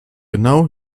genau